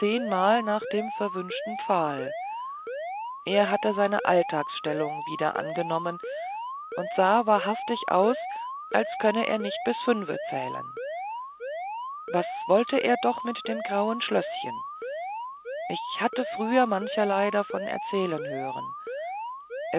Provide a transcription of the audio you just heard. nach dem verwünschten pfahl er hatte seine alltagsstellung wieder angenommen und sah wahrhaftig aus als könnte er nicht fünfe zählen was wollte er doch mit dem grauen schlößchen ich hatte früher mancherlei davon erzählen hören